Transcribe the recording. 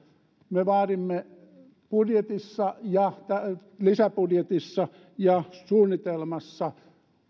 me vaadimme budjetissa lisäbudjetissa ja julkisen talouden suunnitelmassa